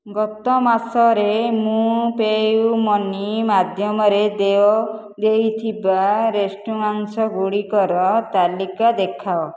ଗତ ମାସରେ ମୁଁ ପେ ୟୁ ମନି ମାଧ୍ୟମରେ ଦେୟ ଦେଇଥିବା ରେଷ୍ଟୁରାଣ୍ଟ୍ ଗୁଡ଼ିକର ତାଲିକା ଦେଖାଅ